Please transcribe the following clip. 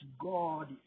God